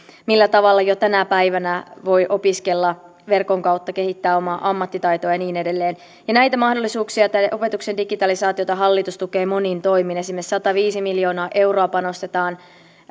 millä tavalla jo tänä päivänä voi opiskella verkon kautta kehittää omaa ammattitaitoa ja niin edelleen näitä mahdollisuuksia opetuksen digitalisaatiota hallitus tukee monin toimin esimerkiksi sataviisi miljoonaa euroa panostetaan